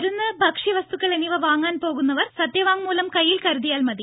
മരുന്ന് ഭക്ഷ്യവസ്തുക്കൾ എന്നിവ വാങ്ങാൻ പോകുന്നവർ സത്യവാങ്മൂലം കയ്യിൽ കരുതിയാൽ മതി